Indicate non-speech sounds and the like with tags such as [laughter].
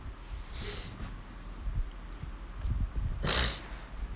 [noise]